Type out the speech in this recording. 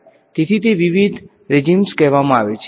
તેથીતે વિવિધ રેજીમ્સ કહેવામાં આવે છે